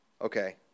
Okay